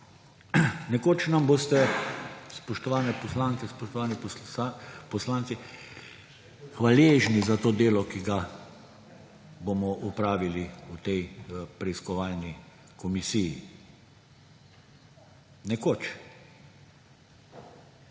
Nekoč nam boste, spoštovane poslanke, spoštovani poslanci, hvaležni za to delo, ki ga bomo opravili v tej preiskovalni komisiji. Nekoč.